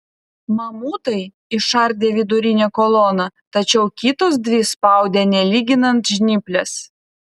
mamutai išardė vidurinę koloną tačiau kitos dvi spaudė nelyginant žnyplės